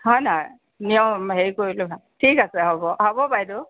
হয় নহয় নিয়ম হেৰি কৰিলে ভাল ঠিক আছে হ'ব হ'ব বাইদেউ